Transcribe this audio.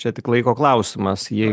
čia tik laiko klausimas jei